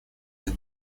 как